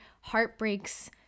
heartbreaks